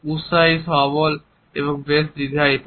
উত্সাহী সবল এবং বেশ দীর্ঘায়িত